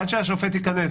עד שהשופט ייכנס,